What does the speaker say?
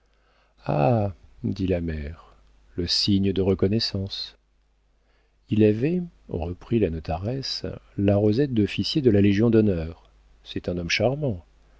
dit la mère le signe de reconnaissance il avait reprit la notaresse la rosette d'officier de la légion d'honneur c'est un homme charmant